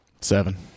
Seven